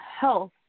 health